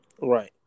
Right